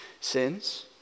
sins